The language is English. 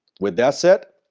with that said,